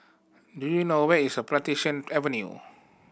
do you know where is Plantation Avenue